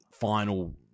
final